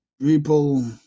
people